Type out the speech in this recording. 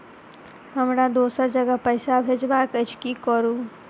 हमरा दोसर जगह पैसा भेजबाक अछि की करू?